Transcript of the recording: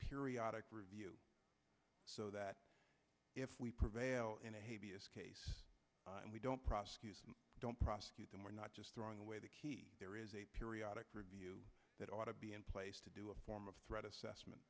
periodic review so that if we prevail and we don't prosecute don't prosecute them we're not just throwing away the key there is a periodic review that ought to be in place to do a form of threat assessment